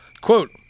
quote